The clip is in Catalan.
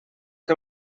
que